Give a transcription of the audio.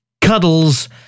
cuddles